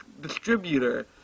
distributor